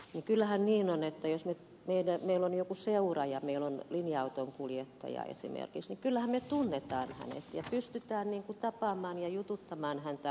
niin kyllähän niin on että jos meillä on joku seura ja meillä on linja autonkuljettaja esimerkiksi niin kyllähän me tunnemme hänet ja pystymme tapaamaan ja jututtamaan häntä useasti